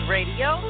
Radio